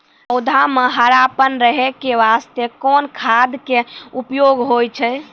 पौधा म हरापन रहै के बास्ते कोन खाद के उपयोग होय छै?